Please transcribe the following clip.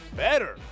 better